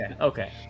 Okay